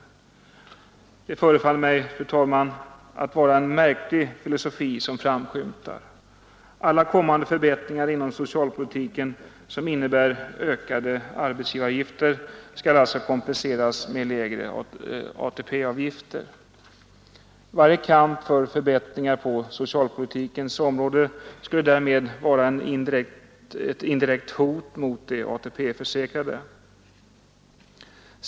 Det förefaller mig, fru talman, att vara en märklig filosofi som här framskymtar. Alla kommande förbättringar inom socialpolitiken som innebär ökade arbetsgivaravgifter skall alltså kompenseras med lägre ATP-avgifter! Varje kamp för förbättringar på socialpolitikens område skulle därmed vara ett indirekt hot mot de ATP-försäkrade.